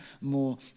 more